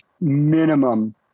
minimum